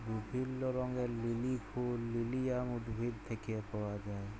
বিভিল্য রঙের লিলি ফুল লিলিয়াম উদ্ভিদ থেক্যে পাওয়া যায়